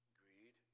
greed